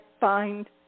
find